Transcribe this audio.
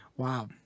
Wow